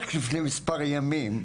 רק לפני מספר ימים,